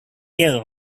care